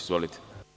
Izvolite.